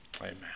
Amen